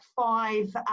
five